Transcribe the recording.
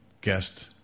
guest